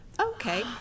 Okay